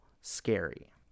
scary